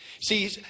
See